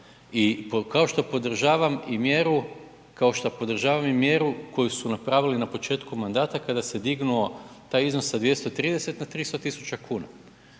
kao što podržavam i mjeru koju su napravili na početku mandata kada se dignuo taj iznos sa 230 na 300.000 kuna,